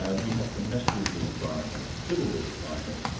ah we have to mess with the environment, fiddle with the climate,